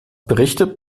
berichtet